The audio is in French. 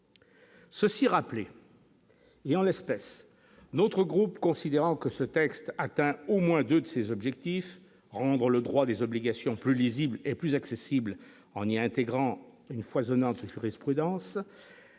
Ceci rappelé il y a, en l'espèce, notre groupe, considérant que ce texte atteint au moins 2 de ses objectifs : rendre le droit des obligations plus lisible et plus accessible en y intégrant une foisonnante jurisprudence